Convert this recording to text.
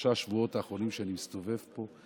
בשלושת השבועות האחרונים שאני מסתובב פה,